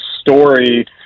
story